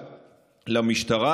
למשטרה.